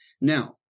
Now